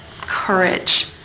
courage